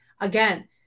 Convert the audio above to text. again